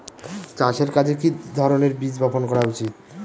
চাষের কাজে কি ধরনের বীজ বপন করা উচিৎ?